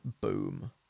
boom